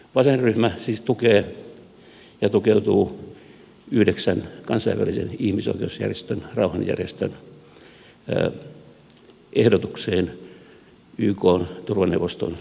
vasenryhmä siis tukeutuu yhdeksän kansainvälisen ihmisoikeusjärjestön rauhanjärjestön ehdotukseen ykn turvaneuvoston jäsenmaille